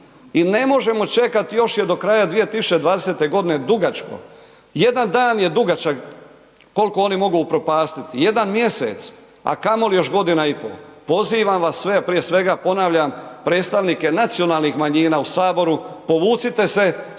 I ne možemo čekati, još je do kraja 2020. godine dugačko, jedan dan je dugačak koliko oni mogu upropastiti, jedan mjesec a kamoli još godina i pol. Pozivam vas sve prije svega ponavljam, predstavnike nacionalnih manjina u Saboru, povucite se,